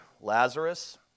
Lazarus